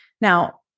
Now